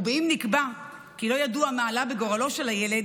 ואם נקבע כי לא ידוע מה עלה גורלו של הילד,